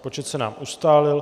Počet se nám ustálil.